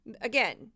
again